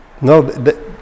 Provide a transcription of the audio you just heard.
No